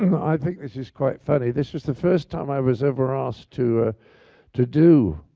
i think this is quite funny. this was the first time i was ever asked to ah to do